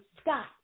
Scott